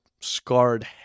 scarred